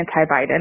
anti-Biden